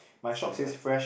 similar